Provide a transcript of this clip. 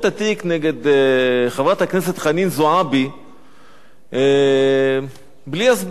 נגד חברת הכנסת חנין זועבי בלי הסבר,